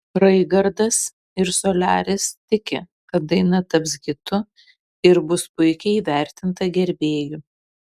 raigardas ir soliaris tiki kad daina taps hitu ir bus puikiai įvertinta gerbėjų